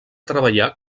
treballar